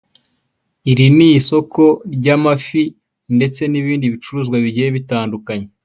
Iri ni isoko ry'amafi, ndetse n'ibindi bicuruzwa bigiye bitandukanye.